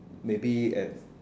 maybe at